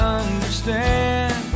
understand